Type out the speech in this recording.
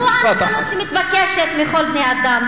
זו הנאמנות שמתבקשת מכל בני-האדם,